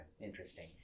Interesting